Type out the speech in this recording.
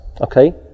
Okay